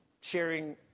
sharing